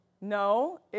No